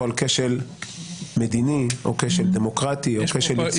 על כשל מדיני או כשל דמוקרטי או כשל ייצוגי.